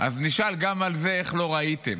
אז נשאל גם על זה: איך לא ראיתם?